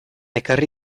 ekarri